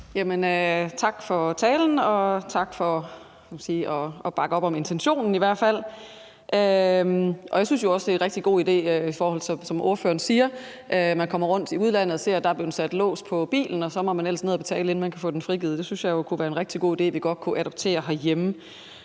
tak for talen, og tak for, kan man sige, at bakke op om intentionen i hvert fald. Jeg synes jo også, det er en rigtig god idé, som ordføreren siger: Man er i udlandet og ser, at der er blevet sat lås på bilen, og så må man ellers ned at betale, inden man kan få den frigivet. Det synes jeg jo kunne være en rigtig god idé, som vi godt kunne adoptere herhjemme.